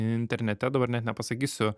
internete dabar net nepasakysiu